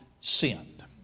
sinned